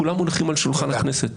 כולם מונחים על שולחן הכנסת.